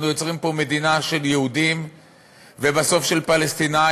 אנחנו יוצרים פה מדינה של יהודים ובסוף של פלסטינים,